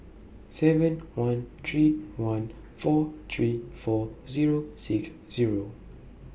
seven one three one four three four Zero six Zero